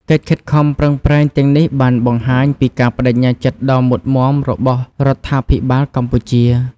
កិច្ចខិតខំប្រឹងប្រែងទាំងនេះបានបង្ហាញពីការប្តេជ្ញាចិត្តដ៏មុតមាំរបស់រដ្ឋាភិបាលកម្ពុជា។